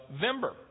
November